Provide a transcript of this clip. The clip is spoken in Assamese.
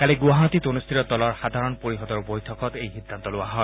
কালি গুৱাহাটীত অনুষ্ঠিত দলৰ সাধাৰণ পৰিযদৰ বৈঠকত এই সিদ্ধান্ত লোৱা হয়